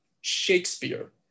Shakespeare